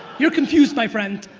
you're confused, my friend.